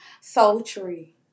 sultry